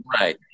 right